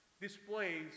displays